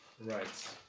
Right